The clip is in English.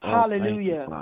Hallelujah